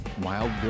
Wild